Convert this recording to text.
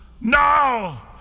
Now